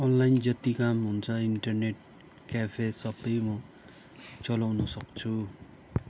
online जति काम हुन्छ इन्टरनेट क्याफे सबै म चलाउन सक्छु